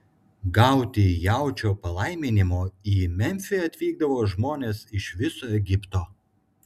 gauti jaučio palaiminimo į memfį atvykdavo žmonės iš viso egipto